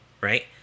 right